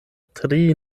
tri